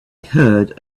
heard